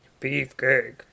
Beefcake